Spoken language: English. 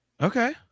Okay